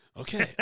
Okay